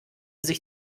sich